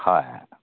হয়